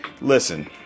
Listen